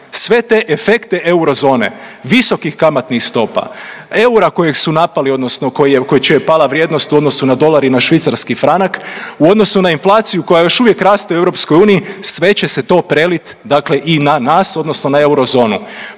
sve te efekte eurozone visokih kamatnih stopa, eura kojeg su napali odnosno kojem je pala vrijednost u odnosu na dolar i na švicarski franak, u odnosu na inflaciju koja još uvijek raste u EU, sve će se to prelit dakle i na nas odnosno na eurozonu.